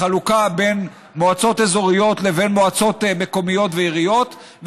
החלוקה בין מועצות אזוריות לבין מועצות מקומיות ועיריות,